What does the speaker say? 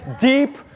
deep